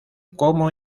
como